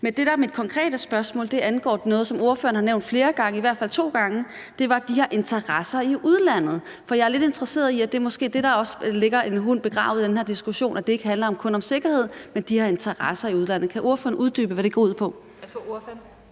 Men det, der er mit konkrete spørgsmål, angår noget, som ordføreren har nævnt i hvert fald to gange, nemlig de her interesser i udlandet. For jeg er lidt interesseret i, om det er der, der også ligger en hund begravet i den her diskussion, og at det ikke kun handler om sikkerhed, men de her interesser i udlandet. Kan ordføreren uddybe, hvad det går ud på?